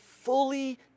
fully